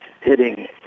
hitting